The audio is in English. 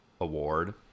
award